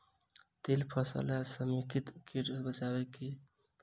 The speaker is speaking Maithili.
तिल फसल म समेकित कीट सँ बचाबै केँ की उपाय हय?